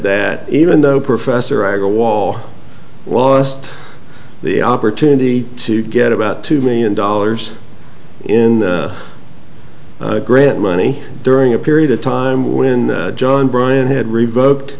that even though professor agha wall lost the opportunity to get about two million dollars in grant money during a period of time when john bryant had revoked